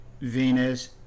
venus